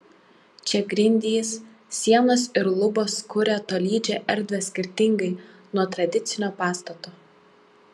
čia grindys sienos ir lubos kuria tolydžią erdvę skirtingai nuo tradicinio pastato